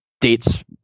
dates